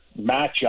matchup